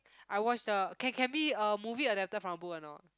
I watched the can can be a movie adapted from a book or not